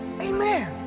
Amen